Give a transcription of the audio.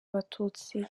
abatutsi